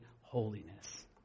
holiness